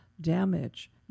damage